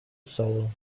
soul